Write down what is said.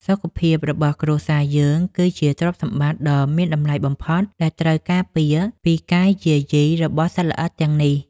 សុខភាពរបស់គ្រួសារយើងគឺជាទ្រព្យសម្បត្តិដ៏មានតម្លៃបំផុតដែលត្រូវការពារពីការយាយីរបស់សត្វល្អិតទាំងនេះ។